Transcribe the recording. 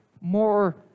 more